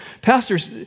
Pastors